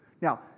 Now